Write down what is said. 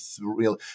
real